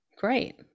great